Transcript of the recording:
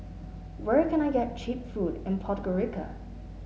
where can I get cheap food in Podgorica